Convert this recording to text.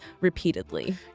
repeatedly